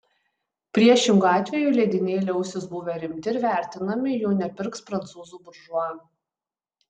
priešingu atveju leidiniai liausis buvę rimti ir vertinami jų nepirks prancūzų buržua